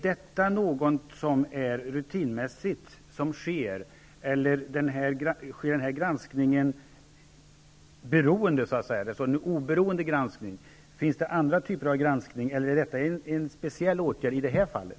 Sker sådant rutinmässigt, eller har man annars en beroende granskning? Och finns det andra typer av granskning, eller är det som nämns här en speciell åtgärd i det här fallet?